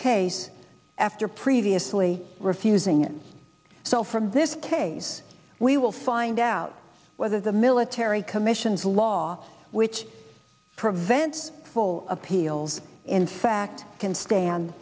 case after previously refusing it so from this case we will find out whether the military commissions law which prevent full of heels in fact can stand